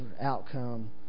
outcome